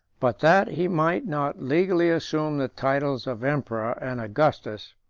but that he might not legally assume the titles of emperor and augustus,